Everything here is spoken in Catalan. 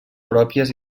pròpies